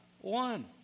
one